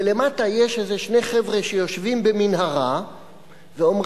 ולמטה יש איזה שני חבר'ה שיושבים במנהרה ואומרים: